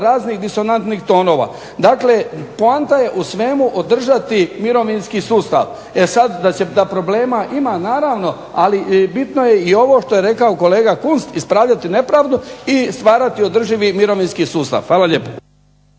raznih disonantnih tonova. Dakle, poanta je u svemu održati mirovinski sustav. E sada da problema ima naravno, ali bitno je ovo što je rekao kolega Kunst ispravljati nepravdu i stvarati održivi mirovinski sustav. Hvala lijepo.